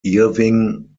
irving